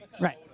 Right